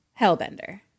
hellbender